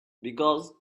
because